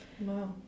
wow